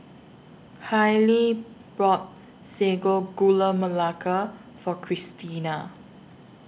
Hailie bought Sago Gula Melaka For Kristina